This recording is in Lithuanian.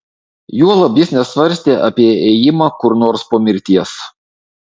juolab jis nesvarstė apie ėjimą kur nors po mirties